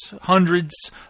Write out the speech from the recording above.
hundreds